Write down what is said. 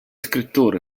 scrittore